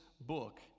book